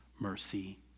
mercy